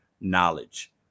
knowledge